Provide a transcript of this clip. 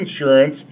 insurance